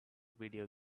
video